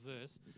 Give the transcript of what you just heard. verse